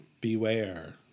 Beware